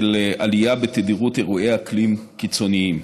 עלייה בתדירות אירועי אקלים קיצוניים,